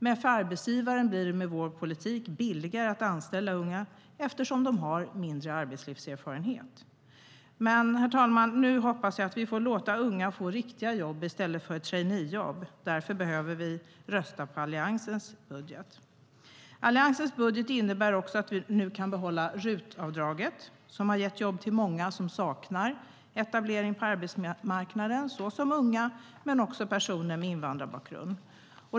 Men för arbetsgivaren blir det med vår politik billigare att anställa unga, eftersom de har mindre arbetslivserfarenhet. Herr talman! Nu hoppas jag att vi låter unga få riktiga jobb i stället för traineejobb. Därför behöver vi rösta på Alliansens budget. Alliansens budget innebär också att vi nu kan behålla RUT-avdraget, som har gett jobb till många som saknar etablering på arbetsmarknaden, såsom unga men också personer med invandrarbakgrund.